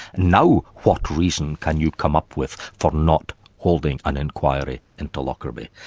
now what reason can you come up with for not holding an inquiry into lockerbie?